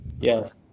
Yes